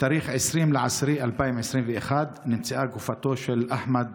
בתאריך 20 באוקטובר 2021 נמצאה גופתו של אחמד